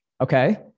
Okay